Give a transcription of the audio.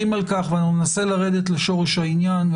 על כך ואנחנו ננסה לרדת לשורש העניין.